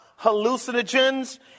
hallucinogens